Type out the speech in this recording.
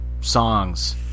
songs